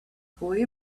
boy